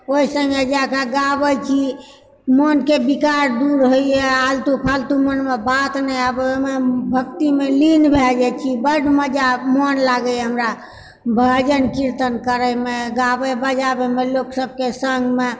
ओहि सङ्गे जाइकऽ गाबैत छी मोनके विकार दूर होइए आलतू फालतू मोनमऽ बात नहि अबयए ओहिमे भक्तिमऽ लीन भै जाइत छी बड्ड मजा मोन लागयए हमरा भजन कीर्तन करयमे गाबै बजाबयमे लोक सभके सङ्गमऽ